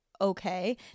okay